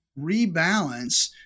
rebalance